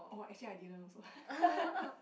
oh actually I didn't also